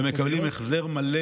ומקבלים החזר מלא